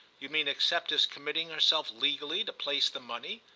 you mean except as committing herself legally to place the money?